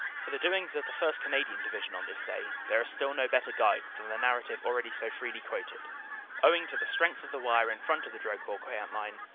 for the doings of the first. canadian division on this day there is still no better guide than the narrative already so freely quoted o ving to the strength of the wire in front of the drocourt-queant line,